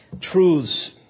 truths